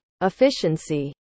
efficiency